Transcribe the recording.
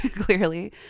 clearly